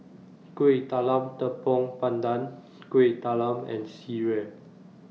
Kuih Talam Tepong Pandan Kueh Talam and Sireh